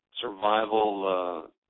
survival